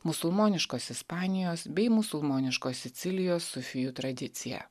musulmoniškos ispanijos bei musulmoniškos sicilijos sufijų tradiciją